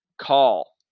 Call